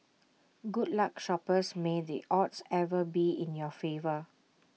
good luck shoppers may the odds ever be in your favour